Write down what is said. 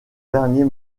dernier